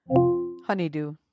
Honeydew